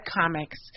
comics